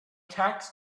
tax